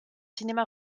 cinéma